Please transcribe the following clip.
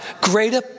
greater